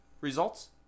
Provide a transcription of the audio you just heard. results